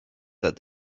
that